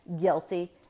guilty